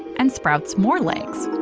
and sprouts more legs.